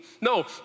No